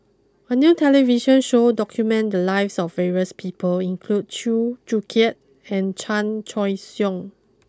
a new television show documented the lives of various people include Chew Joo Chiat and Chan Choy Siong